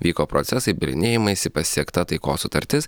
vyko procesai bylinėjimaisi pasiekta taikos sutartis